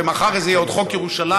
ומחר זה יהיה עוד חוק ירושלים.